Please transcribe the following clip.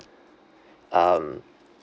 um